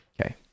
Okay